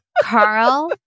Carl